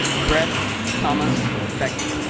brett thomas baker.